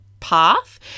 path